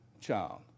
child